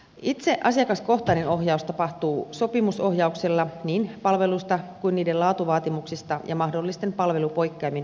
itse asiakaskohtainen ohjaus tapahtuu sopimusohjauksella niin palveluista kuin niiden laatuvaatimuksista ja mahdollisten palvelupoikkeamien sanktioinnista